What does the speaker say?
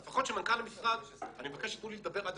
אני מבקש שלפחות תתנו לי כמנכ"ל המשרד לדבר עד